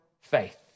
faith